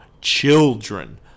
children